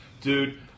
Dude